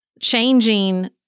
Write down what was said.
changing